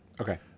Okay